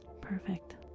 Perfect